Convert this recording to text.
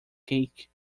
cake